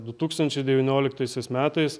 du tūkstančiai devynioliktaisiais metais